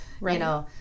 Right